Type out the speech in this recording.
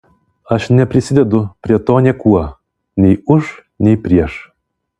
aš neprisidedu prie to niekuo nei už nei prieš